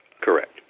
Correct